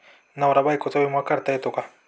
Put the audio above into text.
नवरा बायकोचा विमा काढता येतो का?